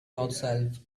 yourself